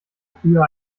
früher